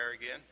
again